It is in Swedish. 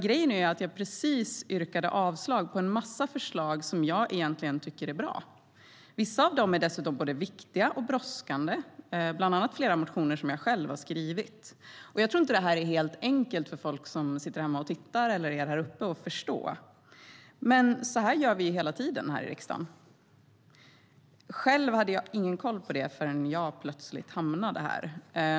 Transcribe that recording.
Grejen är att jag precis yrkade avslag på en massa förslag som jag egentligen tycker är bra. Vissa av dem är dessutom både viktiga och brådskande. Det gäller bland annat flera motioner som jag själv har skrivit. Jag tror inte att detta är helt enkelt för folk som sitter hemma vid tv:n eller sitter här på åhörarläktaren att förstå, men så här gör vi hela tiden i riksdagen. Själv hade jag ingen koll på det förrän jag plötsligt hamnade här.